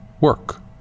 work